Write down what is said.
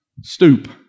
Stoop